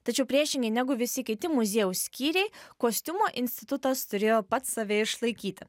tačiau priešingai negu visi kiti muziejaus skyriai kostiumo institutas turėjo pats save išlaikyti